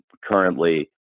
currently